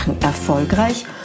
erfolgreich